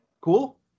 cool